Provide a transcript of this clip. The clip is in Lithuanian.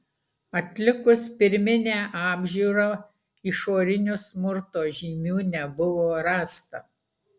atlikus pirminę apžiūrą išorinių smurto žymių nebuvo rasta